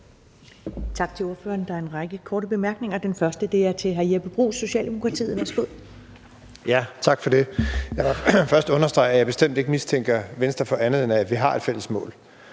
Tak til ordføreren. Der er en række korte bemærkninger, og den første er til hr. Jeppe Bruus, Socialdemokratiet. Værsgo. Kl. 10:17 Jeppe Bruus (S): Tak for det. Jeg må først understrege, at jeg bestemt ikke mistænker Venstre for andet, end at vi har et fælles mål.